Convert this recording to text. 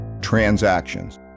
transactions